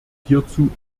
hierzu